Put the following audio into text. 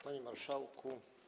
Panie Marszałku!